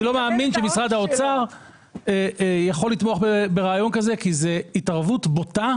אני לא מאמין שמשרד האוצר יכול לתמוך ברעיון כזה כי זאת התערבות בוטה.